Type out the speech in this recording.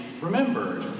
remembered